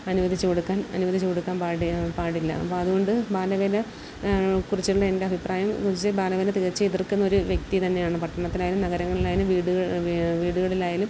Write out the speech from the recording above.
അനുവദിച്ച് കൊടുക്കാൻ അനുവദിച്ച് കൊടുക്കാൻ പാടില്ല അപ്പം അതുകൊണ്ട് ബാലവേല കുറിച്ചുള്ള എൻ്റെ അഭിപ്രായം വെച്ച് ബാലവേല തികച്ചും എതിർക്കുന്ന ഒരു വ്യക്തി തന്നെയാണ് പട്ടണത്തിലായാലും നഗരങ്ങളിലായാലും വീട് വീടുകളിലായാലും